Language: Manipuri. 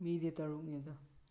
ꯃꯤꯗꯤ ꯇꯔꯨꯛꯅꯤꯗ